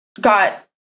got